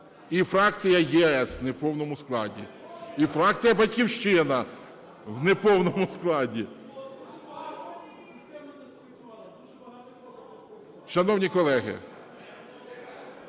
фракція "ЄС" не в повному складі, і фракція "Батьківщина" не в повному складі. Шановні колеги,